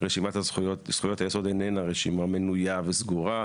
רשימת הזכויות היסוד איננה רשימה מנויה וסגורה.